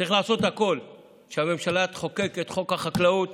צריך לעשות הכול כדי שהממשלה תחוקק את חוק החקלאות